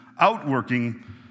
outworking